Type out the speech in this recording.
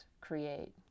create